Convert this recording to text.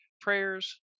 prayers